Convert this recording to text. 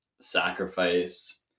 sacrifice